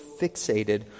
fixated